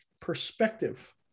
perspective